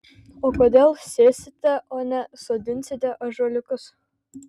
o kodėl sėsite o ne sodinsite ąžuoliukus